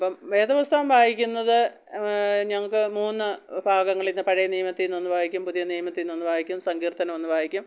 അപ്പം വേദപുസ്തകം വായിക്കുന്നത് ഞങ്ങൾക്ക് മൂന്ന് ഭാഗങ്ങളിൽ നിന്ന് പഴയ നിയമത്തിൽ നിന്നൊന്ന് വായിക്കും പുതിയ നിയമത്തിൽ നിന്നൊന്നു വായിക്കും സങ്കീർത്തനമൊന്നു വായിക്കും